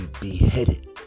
beheaded